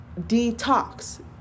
detox